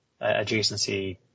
adjacency